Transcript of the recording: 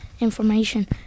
information